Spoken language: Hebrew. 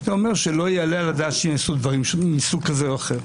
היית אומר שלא יעלה על הדעת שיעשו דברים מסוג כזה או אחר.